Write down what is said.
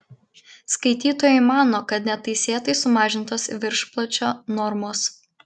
skaitytojai mano kad neteisėtai sumažintos viršpločio normos